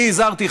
אני הזהרתי,